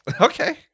Okay